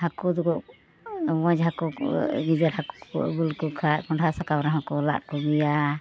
ᱦᱟᱹᱠᱩ ᱫᱚᱠᱚ ᱢᱚᱡᱽ ᱦᱟᱹᱠᱩ ᱠᱚ ᱜᱮᱡᱮᱨ ᱦᱟᱹᱠᱩ ᱠᱚ ᱟᱹᱜᱩ ᱞᱮᱠᱚ ᱠᱷᱟᱱ ᱠᱷᱚᱱᱰᱷᱟ ᱥᱟᱠᱟᱢ ᱨᱮᱦᱚ ᱠᱚ ᱞᱟᱫ ᱠᱚᱜᱮᱭᱟ